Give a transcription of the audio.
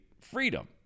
freedom